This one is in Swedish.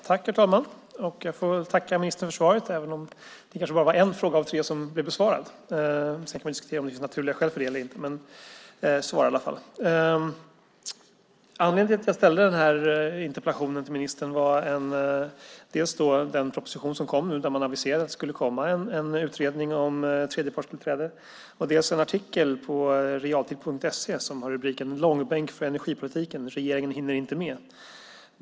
Herr talman! Jag får väl tacka ministern för svaret, även om det bara var en fråga av tre som blev besvarad. Man kan diskutera om det finns naturliga skäl till det eller inte, men så var det i alla fall. Anledningen till att jag ställde interpellationen till ministern var dels den proposition som kom, där man aviserade att det skulle komma en utredning om tredjepartstillträde, dels en artikel på realtid.se, som har rubriken "Långbänk för energipolitiken - Regeringen hinner inte med".